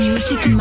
Music